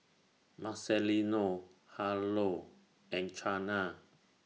Marcelino Harlow and Chana